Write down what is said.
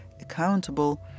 accountable